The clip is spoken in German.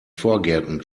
vorgärten